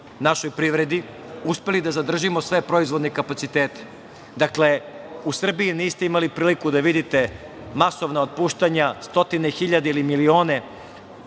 našoj privredi, uspeli da zadržimo sve proizvodne kapacitete. Dakle, u Srbiji niste imali priliku da vidite masovna otpuštanja, stotine hiljada ili milione